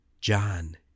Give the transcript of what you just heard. John